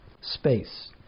space